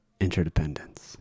Interdependence